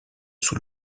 sous